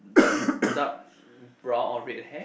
dark dark brown or red hair